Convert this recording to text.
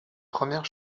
premières